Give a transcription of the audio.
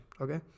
okay